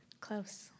Close